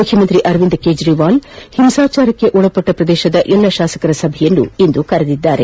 ಮುಖ್ಯಮಂತ್ರಿ ಅರವಿಂದ್ ಕೇಜ್ರಿವಾಲ್ ಹಿಂಸಾಚಾರಕ್ಕೊಳಗಾದ ಪ್ರದೇಶದ ಎಲ್ಲಾ ಶಾಸಕ ಸಭೆಯನ್ನು ಕರೆದಿದ್ದಾರೆ